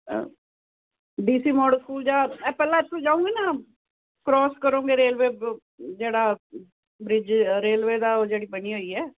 D C ਮੋਡ school ਜਾਂ ਪਹਿਲਾਂ ਇਥੋਂ ਜਾਉਗੀ ਨਾ ਕਰੋਸ ਕਰੋਗੇ ਰੇਲਵੇ ਜਿਹੜਾ ਬ੍ਰਿਜ ਰੇਲਵੇ ਦਾ ਜਿਹੜੀ ਬਣੀ ਹੋਈ ਹ